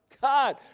God